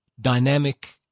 dynamic